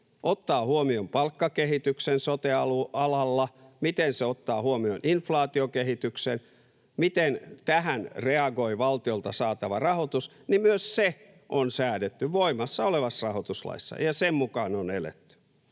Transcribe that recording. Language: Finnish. ottaa huomioon palkkakehityksen sote-alalla, miten se ottaa huomioon inflaatiokehityksen ja miten tähän reagoi valtiolta saatava rahoitus, on säädetty voimassa olevassa rahoituslaissa, ja sen mukaan on eletty.